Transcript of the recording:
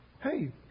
Hey